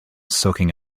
soaking